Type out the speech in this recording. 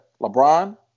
LeBron